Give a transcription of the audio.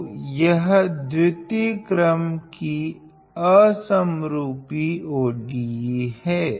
तो यह द्वातीय क्रम की असमरूपि ODE हैं